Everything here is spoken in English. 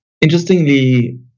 Interestingly